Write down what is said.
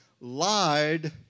lied